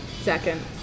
second